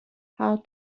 how